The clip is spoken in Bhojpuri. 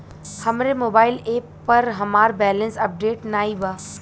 हमरे मोबाइल एप पर हमार बैलैंस अपडेट नाई बा